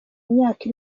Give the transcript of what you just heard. myaka